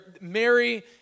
Mary